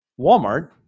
Walmart